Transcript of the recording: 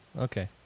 Okay